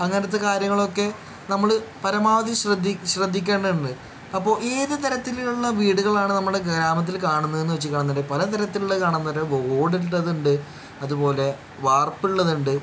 അങ്ങനത്തെ കാര്യങ്ങളൊക്കെ നമ്മൾ പരമാവധി ശ്രദ്ധി ശ്രദ്ധിക്കേണ്ടത് ഉണ്ട് അപ്പോൾ ഏത് തരത്തിലുള്ള വീടുകളാണ് നമ്മുടെ ഗ്രാമത്തിൽ കാണുന്നത് എന്ന് വെച്ചിരിക്കുന്നത് ഉണ്ടെങ്കിൽ പല തരത്തിലുള്ളത് കാണുന്നുണ്ട് ഓട് ഇട്ടതുണ്ട് അതുപോലെ വാർപ്പ് ഉള്ളത് ഉണ്ട്